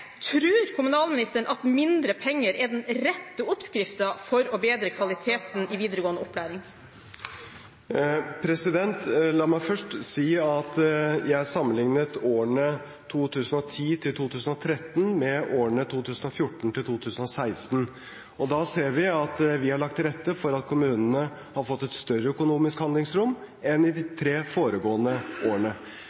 kommunalministeren at mindre penger er den rette oppskriften for å bedre kvaliteten i videregående opplæring? La meg først si at jeg sammenlignet årene fra 2010 til 2013 med årene fra 2014 til 2016. Da ser vi at vi har lagt til rette for at kommunene har fått et større økonomisk handlingsrom enn i de